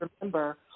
remember